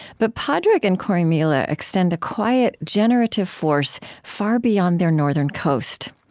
but padraig and corrymeela extend a quiet generative force far beyond their northern coast.